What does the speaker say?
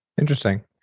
Interesting